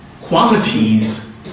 qualities